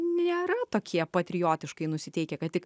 nėra tokie patriotiškai nusiteikę kad tik